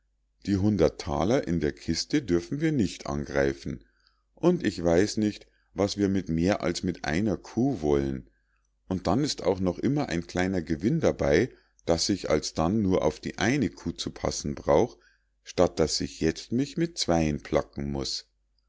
die hundert thaler in der kiste dürfen wir nicht angreifen und ich weiß nicht was wir mit mehr als mit einer kuh wollen und dann ist auch noch immer ein kleiner gewinn dabei daß ich alsdann nur auf die eine kuh zu passen brauch statt daß ich jetzt mich mit zweien placken muß